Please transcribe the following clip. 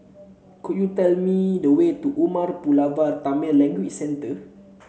could you tell me the way to Umar Pulavar Tamil Language Centre